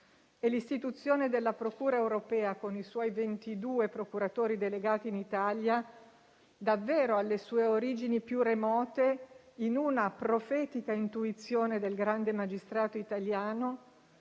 L'istituzione della Procura europea, con i suoi 22 procuratori delegati in Italia, davvero ha le sue origini più remote in una profetica intuizione del grande magistrato italiano,